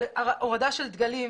הורדה של דגלים.